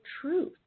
truth